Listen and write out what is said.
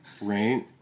right